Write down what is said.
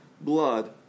blood